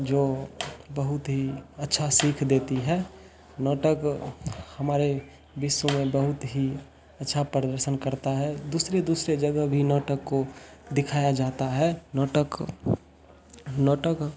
जो बहुत ही अच्छा सीख देती है नाटक हमारे विश्व में बहुत ही अच्छा प्रदर्शन करता है दूसरे दूसरे जगह भी नाटक को दिखाया जाता है नाटक नाटक